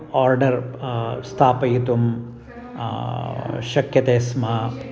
order स्थापयितुं शक्यते स्म